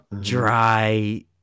dry